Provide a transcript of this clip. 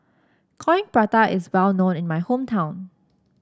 Coin Prata is well known in my hometown